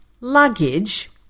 luggage